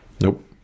Nope